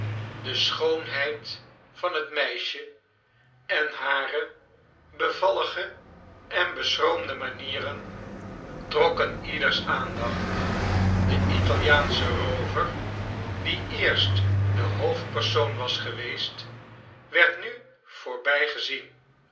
de schoonheid van het meisje en hare bevallige en beschroomde manieren trokken ieders aandacht de italiaansche roover die eerst de hoofd persoon was geweest werd nu voorbijgezien